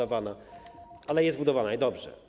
Ale jest budowana, i dobrze.